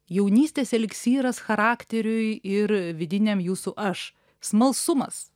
jaunystės eliksyras charakteriui ir vidiniam jūsų aš smalsumas